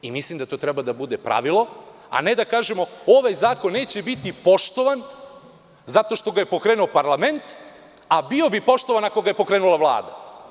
Mislim da to treba da bude pravilo, a ne da kažemo – ovaj zakon neće da bude poštovan zato što ga je pokrenuo parlament, a bio bi poštovan ako ga je pokrenula Vlada.